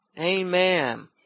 Amen